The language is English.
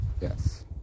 yes